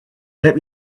let